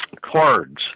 Cards